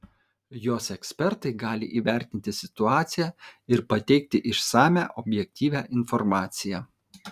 jos ekspertai gali įvertinti situaciją ir pateikti išsamią objektyvią informaciją